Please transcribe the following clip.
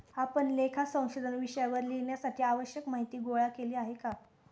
आपण लेखा संशोधन विषयावर लिहिण्यासाठी आवश्यक माहीती गोळा केली आहे का?